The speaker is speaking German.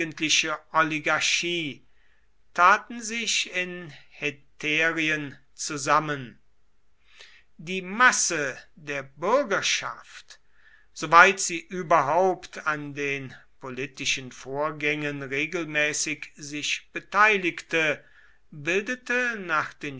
oligarchie taten sich in hetärien zusammen die masse der bürgerschaft soweit sie überhaupt an den politischen vorgängen regelmäßig sich beteiligte bildete nach den